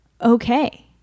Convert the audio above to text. okay